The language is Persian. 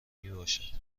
میباشد